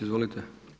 Izvolite.